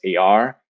AR